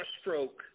stroke